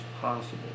possible